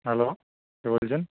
hello কে বলছেন